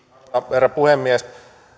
herra puhemies